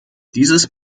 dieses